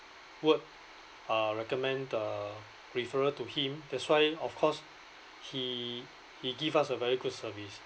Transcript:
word uh recommend the referral to him that's why of course he he give us a very good service